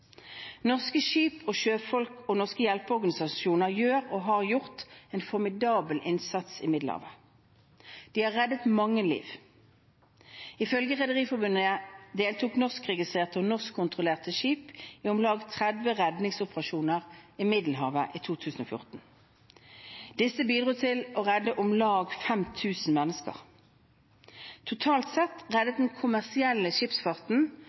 Norske skip og sjøfolk og norske hjelpeorganisasjoner gjør og har gjort en formidabel innsats i Middelhavet. De har reddet mange liv. Ifølge Rederiforbundet deltok norskregistrerte og norskkontrollerte skip i om lag 30 redningsoperasjoner i Middelhavet i 2014. Disse bidro til å redde om lag 5 000 mennesker. Totalt sett reddet den kommersielle skipsfarten